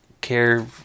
care